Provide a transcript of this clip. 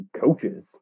coaches